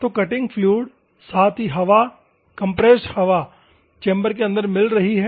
तो cutting fluid साथ ही हवा कंप्रेस्ड हवा चैम्बर के अंदर मिल रही है